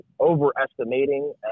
overestimating